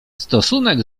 stosunek